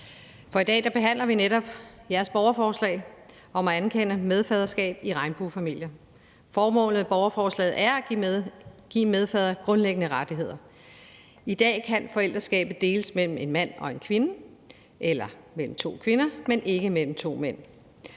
for i dag behandler vi netop jeres borgerforslag om at anerkende medfaderskab i regnbuefamilier. Formålet med borgerforslaget er at give en medfader grundlæggende rettigheder. I dag kan forældreskabet deles mellem en mand og en kvinde eller mellem to kvinder, men ikke mellem to mænd.